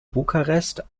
bukarest